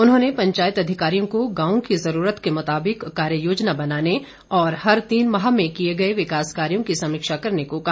उनहोंने पंचायत अधिकारियों को गांव की जरूरत के मुताबिक कार्य योजना बनाने और हर तीन माह में किए गए विकास कार्यों की समीक्षा करने को कहा